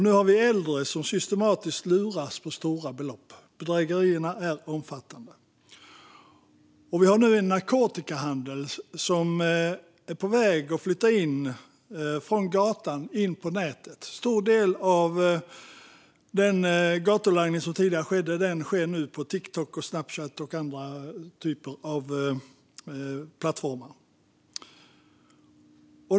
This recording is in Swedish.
Nu har vi äldre som systematiskt luras på stora belopp. Bedrägerierna är omfattande. Vi har nu en narkotikahandel som är på väg att flytta från gatan in på nätet. En stor del av den gatulangning som tidigare skedde sker nu på Tiktok, Snapchat och andra typer av plattformar.